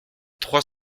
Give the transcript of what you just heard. trois